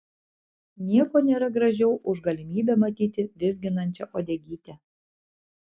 nieko nėra gražiau už galimybę matyti vizginančią uodegytę